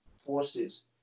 forces